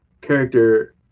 character